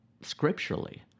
scripturally